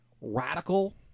radical